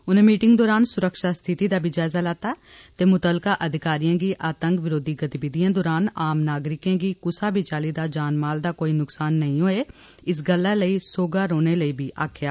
उनें मीटिंग दौरान सुरक्षा स्थिति दा बी जायज़ा लैता ते मुत्तलका अधिकारिएं गी आतंक विरोधी गतिविधियें दौरान आम नागरिकें गी कुसा बी चाल्ली दा जान मान दा कोई नुक्सान नेई होये इस गल्ला लेई सौहगा रोहने लेई बी आक्खेआ